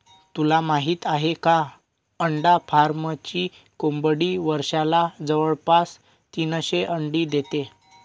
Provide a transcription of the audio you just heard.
तुला माहित आहे का? अंडा फार्मची कोंबडी वर्षाला जवळपास तीनशे अंडी देते